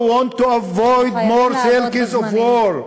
those who want to avoid more circles of war,